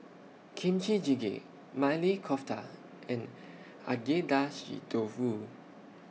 Kimchi Jjigae Maili Kofta and Agedashi Dofu